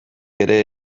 ere